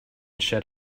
shed